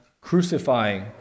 crucifying